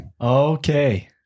Okay